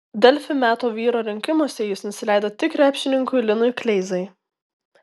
delfi metų vyro rinkimuose jis nusileido tik krepšininkui linui kleizai